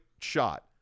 shot